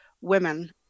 women